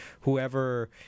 whoever